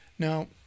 Now